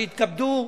שיתכבדו,